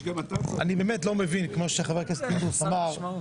אני באמת לא מבין כמו שחבר הכנסת פינדרוס אמר,